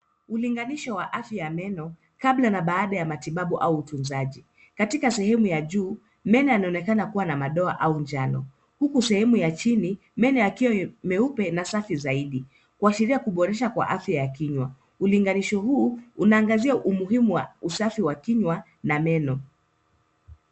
Ulinganisho wa afya ya meno kabla na baada ya matibabu au utunzaji. Katika sehemu ya juu, meno yanaonekana kuwa na madoa au njano, huku sehemu ya chini meno yakiwa meupe na safi zaidi, kuashiria kuboreshwa kwa afya ya kinywa. Ulinganisho huu unaangazia umuhimu wa usafi wa kinywa na meno.